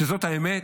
שזאת האמת,